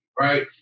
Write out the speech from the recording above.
right